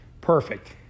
Perfect